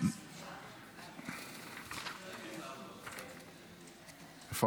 נעבור להסתייגות מס' 4, לסעיף מס' 2. הצבעה.